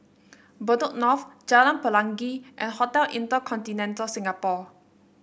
Bedok North Jalan Pelangi and Hotel InterContinental Singapore